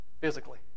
physically